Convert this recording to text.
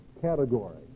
category